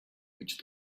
reached